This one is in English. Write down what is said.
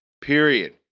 Period